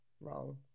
Wrong